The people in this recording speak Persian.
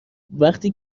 وقتی